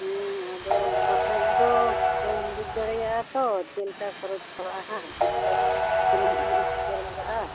ᱦᱮᱸ ᱟᱫᱚ ᱫᱟᱠᱷᱟᱡ ᱫᱚ ᱵᱟᱹᱧ ᱵᱩᱡᱷ ᱫᱟᱲᱮᱭᱟᱜ ᱛᱚ ᱪᱮᱞᱠᱟ ᱠᱷᱚᱨᱚᱪ ᱯᱟᱲᱟᱜᱼᱟ ᱦᱟᱸᱜ ᱪᱮᱫᱠᱚ ᱠᱤᱨᱤᱝ ᱡᱤᱱᱤᱥ ᱠᱚ ᱞᱟᱜᱟᱜᱼᱟ